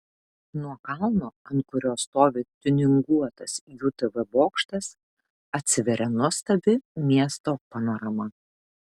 nuo kalno ant kurio stovi tiuninguotas jų tv bokštas atsiveria nuostabi miesto panorama